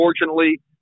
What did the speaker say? unfortunately